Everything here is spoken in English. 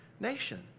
nation